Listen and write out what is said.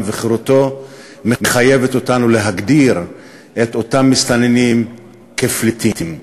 וחירותו מחייב אותנו להגדיר את אותם מסתננים כפליטים.